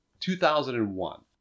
2001